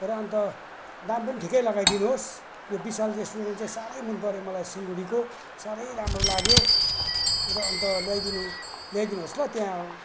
र अन्त दाम पनि ठिकै लगाइदिनु होस् यो विशाल रेस्टुरेन्ट चाहिँ साह्रै मनपर्यो मलाई सिलगढीको साह्रै राम्रो लाग्यो र अन्त ल्याइदिनु ल्याइदिनु होस् ल त्यहाँ